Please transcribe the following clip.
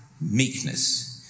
meekness